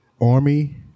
army